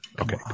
Okay